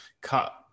cut